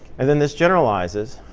and then this generalizes.